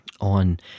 on